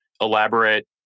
elaborate